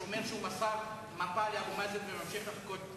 שהוא אומר שהוא מסר מפה לאבו מאזן וממשיך לחכות לתשובתו,